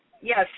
Yes